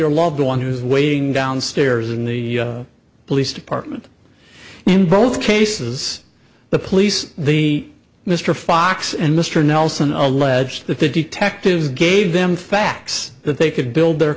your loved one who's waiting downstairs in the police department in both cases the police the mr fox and mr nelson allege that the detectives gave them facts that they could build their